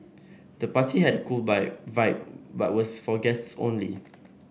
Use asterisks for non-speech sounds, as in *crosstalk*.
the party had a cool *unintelligible* vibe but was for guests only